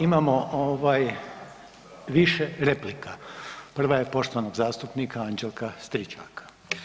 Imamo ovaj više replika, prva je poštovanog zastupnika Anđelka Stričaka.